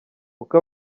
uko